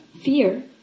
fear